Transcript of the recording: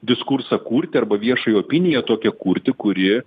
diskursą kurti arba viešąją opiniją tokią kurti kuri